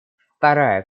вторая